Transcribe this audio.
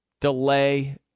Delay